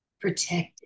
protected